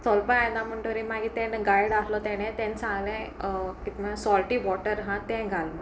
चोलपा येना म्हुणटोरी मागीर ते गायड आहलो तेणें तेन्ना सांगलें कितें म्हूण सोल्टी वॉटर आहा तें घाल म्हूण